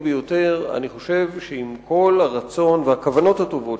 ביותר: אני חושב שעם כל הרצון והכוונות הטובות,